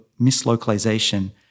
mislocalization